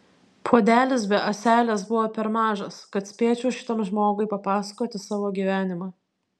puodelis be ąselės buvo per mažas kad spėčiau šitam žmogui papasakoti savo gyvenimą